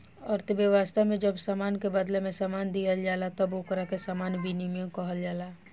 अर्थव्यवस्था में जब सामान के बादला में सामान दीहल जाला तब ओकरा के सामान विनिमय कहल जाला